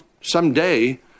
someday